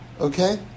Okay